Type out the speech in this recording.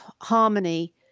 harmony